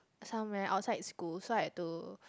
somewhere outside school so I had to